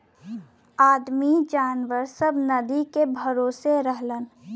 आदमी जनावर सब नदी के भरोसे रहलन